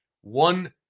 One